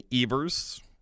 Evers